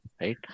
right